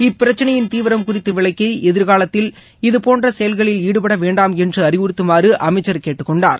இப்பிரச்சினையின் தீவிரம் குறித்து விளக்கி எதிர்காலத்தில் இதுபோன்ற செயல்களில் ஈடுபட வேண்டாம் என்று அறிவுறுத்துமாறு அமைச்சர் கேட்டுக் கொண்டார்